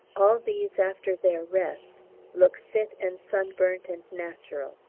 all these after their rest look fit and sunburnt and natural,